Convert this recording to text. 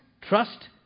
trust